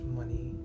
money